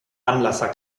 anlasser